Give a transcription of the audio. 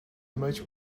much